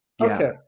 Okay